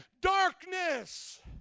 darkness